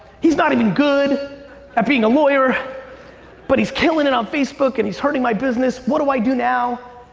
he's not even good at being a lawyer but he's killing it on facebook and he's hurting my business. what do i do now?